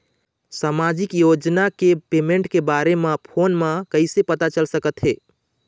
सामाजिक योजना के पेमेंट के बारे म फ़ोन म कइसे पता चल सकत हे?